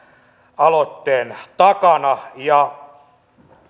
aloitteen takana